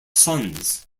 sons